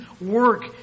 work